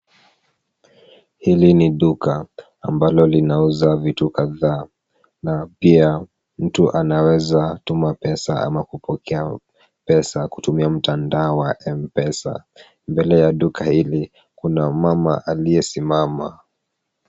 Hili ni duka ambalo linauza vitu kadha na pia mtu anaweza tuma pesa ama kupokea pesa kutumia mtandao wa Mpesa, mbele ya duka hili kuna mama aliyesimama.